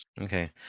Okay